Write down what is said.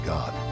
God